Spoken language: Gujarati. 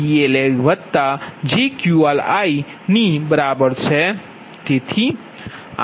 તેથી લોડ PLijQLi ની બરાબર છે